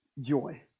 joy